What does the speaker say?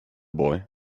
boy